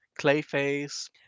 Clayface